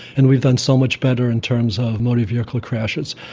and we've done so much better in terms of motor vehicle crashes.